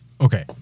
Okay